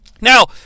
Now